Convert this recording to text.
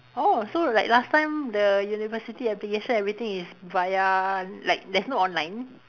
orh so like last time the university application everything is via like there's no online